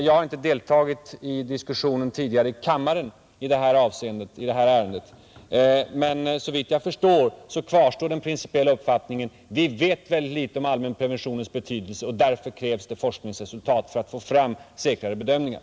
Jag har inte deltagit i diskussionen tidigare i kammaren i detta ärende, men såvitt jag kan se kvarstår den principiella uppfattningen: Vi vet mycket litet om allmänpreventionens betydelse, och därför krävs det forskningsresultat för att vi skall få fram säkrare bedömningar.